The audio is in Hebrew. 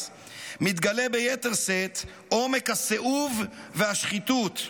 מתגלה ביתר שאת עומק הסיאוב והשחיתות: